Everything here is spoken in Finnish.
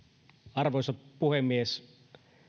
arvoisa puhemies